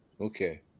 Okay